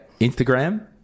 Instagram